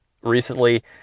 recently